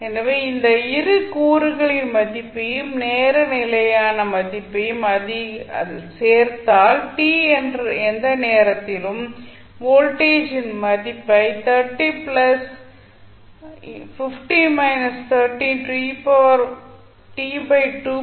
எனவே இந்த 2 கூறுகளின் மதிப்பையும் நேர நிலையான மதிப்பையும் அதில் சேர்த்தால் t என்ற நேரத்திலும் வோல்டேஜின் மதிப்பைப் பெறுவீர்கள்